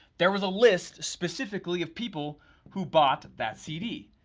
there was a list specifically of people who bought that cd.